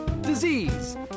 disease